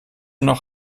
noch